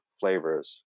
flavors